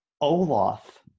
Olaf